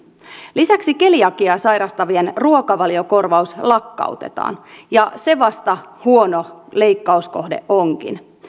lisäksi keliakiaa sairastavien ruokavaliokorvaus lakkautetaan ja se vasta huono leikkauskohde onkin